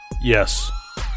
Yes